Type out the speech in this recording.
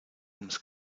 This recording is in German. ums